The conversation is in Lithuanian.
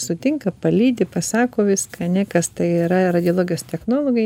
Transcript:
sutinka palydi pasako viską ane kas tai yra radiologijos technologai